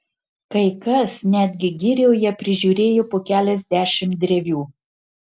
kai kas netgi girioje prižiūrėjo po keliasdešimt drevių